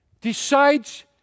decides